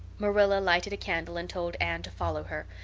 marilla lighted a candle and told anne to follow her,